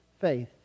faith